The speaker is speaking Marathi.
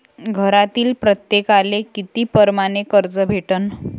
घरातील प्रत्येकाले किती परमाने कर्ज भेटन?